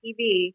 TV